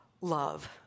love